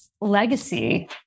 legacy